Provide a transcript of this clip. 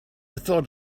thought